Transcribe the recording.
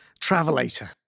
travelator